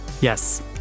Yes